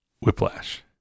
whiplash